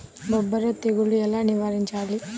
బొబ్బర తెగులు ఎలా నివారించాలి?